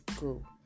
go